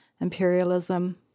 imperialism